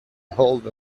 hold